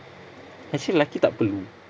actually lelaki tak perlu